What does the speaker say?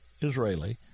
Israeli